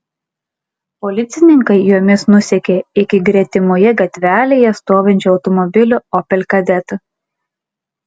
policininkai jomis nusekė iki gretimoje gatvelėje stovinčio automobilio opel kadett